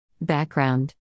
Background